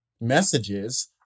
messages